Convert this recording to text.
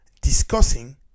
discussing